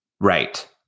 Right